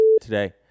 today